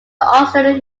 australian